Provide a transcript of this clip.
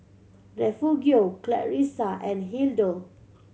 Refugio Clarissa and Hildur